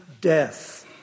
death